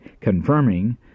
confirming